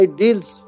deals